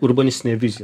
urbanistinė vizija